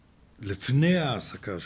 האם החוק מחייב לפני העסקה שלו?